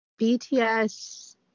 BTS